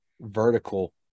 vertical